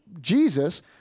Jesus